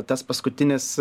tas paskutinis